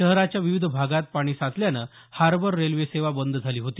शहराच्या विविध भागात पाणी साचल्यामुळे हार्बर रेल्वेसेवा बंद झाली होती